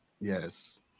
yes